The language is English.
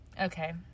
okay